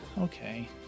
okay